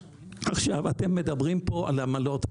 אתם מדברים כאן על עמלות.